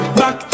back